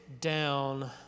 down